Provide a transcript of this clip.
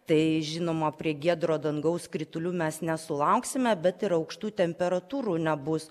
tai žinoma prie giedro dangaus kritulių mes nesulauksime bet ir aukštų temperatūrų nebus